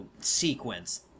sequence